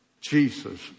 Jesus